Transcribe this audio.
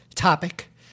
topic